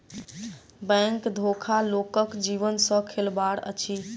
bank धोखा लोकक जीवन सॅ खेलबाड़ अछि